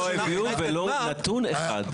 לא הביאו ולו נתון אחד.